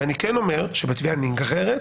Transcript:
אני אומר שבתביעה נגררת